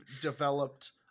developed